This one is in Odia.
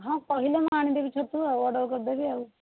ହଁ କହିଲେ ମୁଁ ଆଣିଦେବି ଛତୁ ଆଉ ଅର୍ଡ଼ର କରିଦେବି ଆଉ